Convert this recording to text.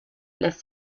lässt